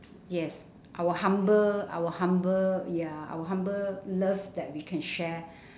yes our humble our humble ya our humble love that we can share